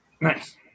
Nice